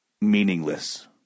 meaningless